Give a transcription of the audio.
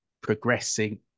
progressing